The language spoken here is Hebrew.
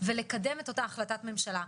ולקדם את אותה החלטת ממשלה.